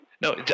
No